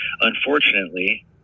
unfortunately